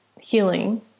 healing